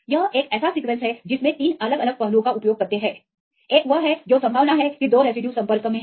यह एक ऐसा सीक्वेंसहै जिसमें वे 3 अलग अलग पहलुओं का उपयोग करते हैं एक वह है जो संभावना है कि 2 रेसिड्यू संपर्क में हैं